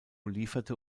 lieferte